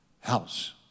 house